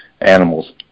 animals